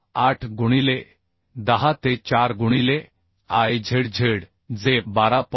68 गुणिले 10 ते 4 गुणिले Izz 12